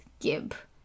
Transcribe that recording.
give